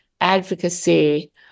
advocacy